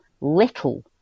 little